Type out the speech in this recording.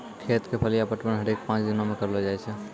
खेत क फलिया पटवन हरेक पांच दिनो म करलो जाय छै